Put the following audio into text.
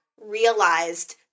realized